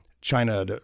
China